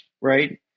right